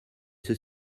ceux